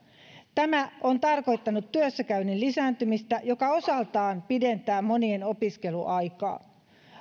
tämä on tarkoittanut työssäkäynnin lisääntymistä joka osaltaan pidentää monien opiskeluaikaa